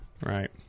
Right